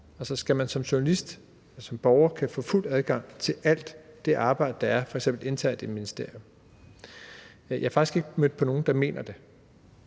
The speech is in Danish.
Skal man som journalist og som borger kunne få fuld adgang til alt det arbejde, der f.eks. er internt i et ministerium? Jeg har faktisk ikke mødt nogen, der mener, at